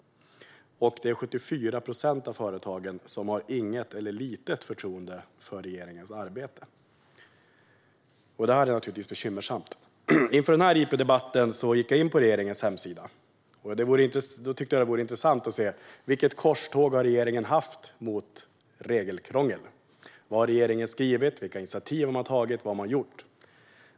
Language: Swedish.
74 procent av företagen har inget eller litet förtroende för regeringens arbete. Det är naturligtvis bekymmersamt. Inför denna interpellationsdebatt gick jag in på regeringens hemsida. Jag tyckte att det var intressant att se vilket korståg regeringen har haft mot regelkrångel, vad regeringen har skrivit, vilka initiativ den har tagit och vad den har gjort.